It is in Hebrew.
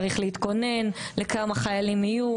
צריך להתכונן לכמה חיילים יהיו,